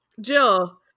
Jill